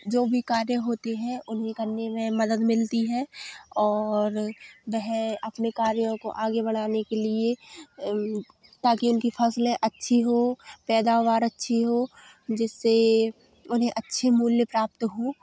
जो भी कार्य होते हैं उन्हें करने में मदद मिलती है और वह अपने कार्यों को आगे बढ़ाने के लिए ताकि उनकी फसलें अच्छी हों पैदावार अच्छी हो जिससे उन्हें अच्छे मूल्य प्राप्त हों